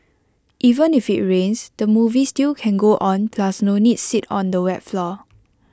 even if IT rains the movie still can go on plus no need sit on the wet floor